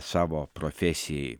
savo profesijai